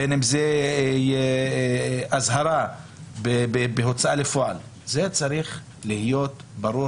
בין אם זה אזהרה בהוצאה לפועל זה צריך להיות ברור